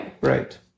Right